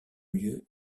lieu